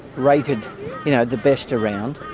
rated you know the best around,